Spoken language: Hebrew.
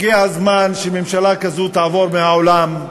הגיע הזמן שממשלה כזו תעבור מהעולם.